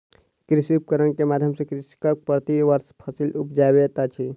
कृषि उपकरण के माध्यम सॅ कृषक प्रति वर्ष फसिल उपजाबैत अछि